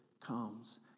comes